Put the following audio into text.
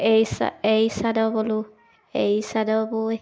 এড়ী চা এড়ী চাদৰ ব'লোঁ এড়ী চাদৰ বৈ